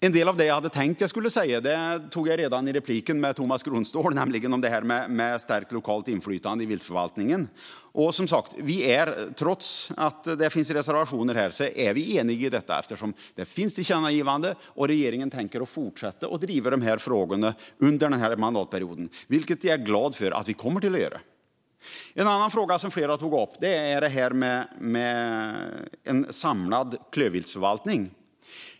En del av det jag hade tänkt säga tog jag redan i replikskiftet med Tomas Kronståhl om stärkt lokalt inflytande i viltförvaltningen. Som sagt är vi eniga i detta, trots att det finns reservationer. Det finns ett tillkännagivande, och regeringen tänker fortsätta att driva de här frågorna under mandatperioden, vilket jag är glad för. En annan fråga som flera tagit upp är det här med en samlad klövviltsförvaltning.